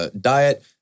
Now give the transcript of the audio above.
diet